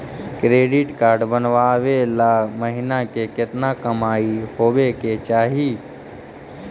Credit card बनबाबे ल महीना के केतना कमाइ होबे के चाही?